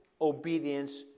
obedience